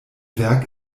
werk